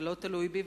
אלא שזה לא תלוי בי,